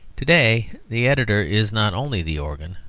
to-day the editor is not only the organ,